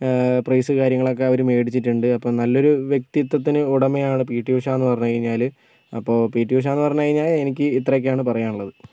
price കാര്യങ്ങൾ ഒക്കെ അവർ മേടിച്ചിട്ടുണ്ട് അപ്പോൾ നല്ലൊരു വ്യക്തിത്വത്തിന് ഉടമയാണ് പി ടി ഉഷ എന്ന് പറഞ്ഞു കഴിഞ്ഞാൽ അപ്പോൾ പി ടി ഉഷ എന്ന് പറഞ്ഞ് കഴിഞ്ഞാൽ എനിക്ക് ഇത്രയൊക്കെയാണ് പറയാനുള്ളത്